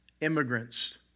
immigrants